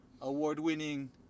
award-winning